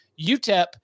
UTEP